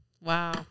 wow